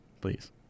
please